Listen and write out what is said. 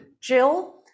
Jill